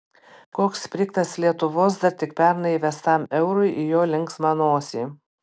koks sprigtas lietuvos dar tik pernai įsivestam eurui į jo linksmą nosį